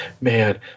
man